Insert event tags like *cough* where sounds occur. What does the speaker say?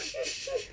*laughs*